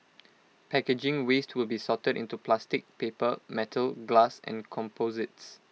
packaging waste will be sorted into plastic paper metal glass and composites